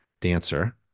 dancer